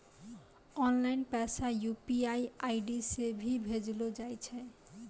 online पैसा UPI ID से भी भेजलो जाय छै